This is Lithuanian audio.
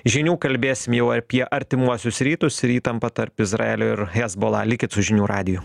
žinių kalbėsim jau apie artimuosius rytus ir įtampą tarp izraelio ir hezbola likit su žinių radiju